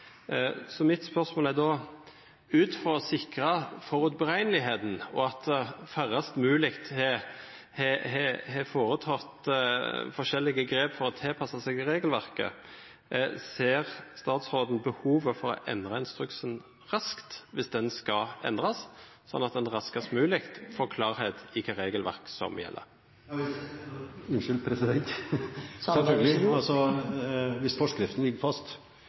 Mitt spørsmål er då: For å sikra at det er føreseieleg, og at færrast mogleg har føretatt forskjellige grep for å tilpassa seg regelverket, ser statsråden behovet for å endra instruksen raskt, dersom han skal endrast, slik at ein raskast mogleg får klarheit i kva regelverk som gjeld?